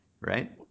right